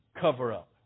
cover-up